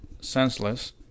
senseless